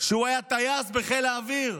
שהיה טייס בחיל האוויר,